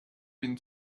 been